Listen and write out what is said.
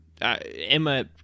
emma